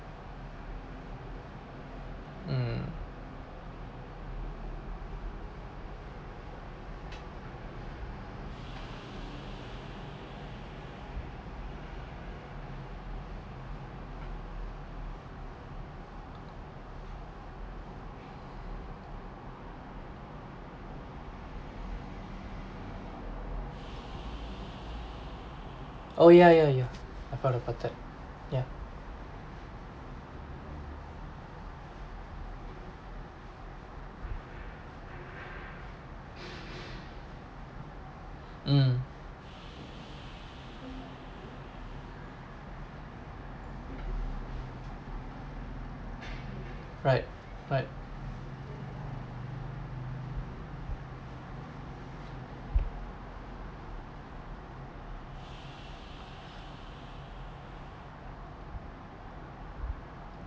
<B. mm oh ya ya ya I've found a contact yea